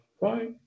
Bye